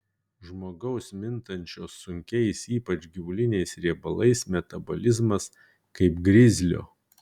žmogaus mintančio sunkiais ypač gyvuliniais riebalais metabolizmas kaip grizlio